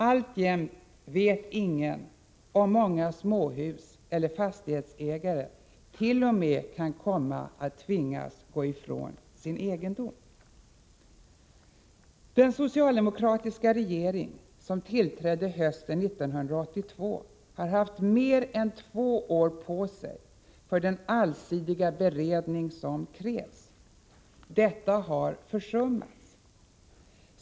Alltjämt vet ingen om många småhuseller fastighetsägare t.o.m. kan komma att tvingas gå ifrån sin egendom. Den socialdemokratiska regering som tillträdde hösten 1982 har haft mer än två år på sig för den allsidiga beredning som krävs. Detta har försummats.